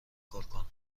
کنم